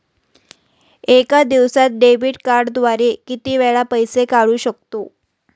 एका दिवसांत डेबिट कार्डद्वारे किती वेळा पैसे काढू शकतो?